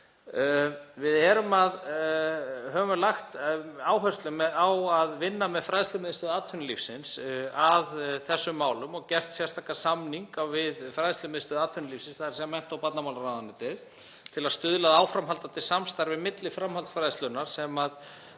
Við höfum lagt áherslu á að vinna með fræðslumiðstöð atvinnulífsins að þessum málum og gert sérstakan samning við fræðslumiðstöð atvinnulífsins, þ.e. mennta- og barnamálaráðuneyti, til að stuðla að áframhaldandi samstarfi milli framhaldsfræðslunnar og